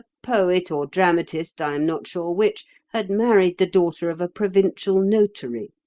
poet or dramatist i am not sure which had married the daughter of a provincial notary.